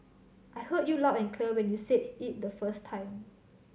I heard you loud and clear when you said it the first time